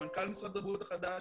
למנכ"ל משרד הבריאות החדש,